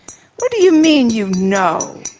what do you mean, you know?